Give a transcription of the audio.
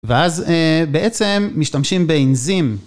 ואז בעצם משתמשים באנזים.